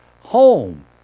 home